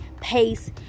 pace